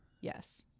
Yes